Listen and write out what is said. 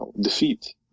defeat